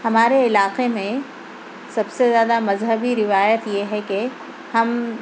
ہمارے علاقے میں سب سے زیادہ مذہبی روایت یہ ہے کہ ہم